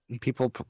People